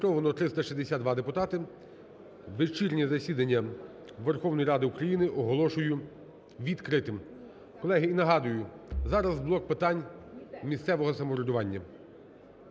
відкритим. Колеги, і нагадую: зараз блок питань місцевого самоврядування.